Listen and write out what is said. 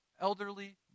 elderly